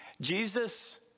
Jesus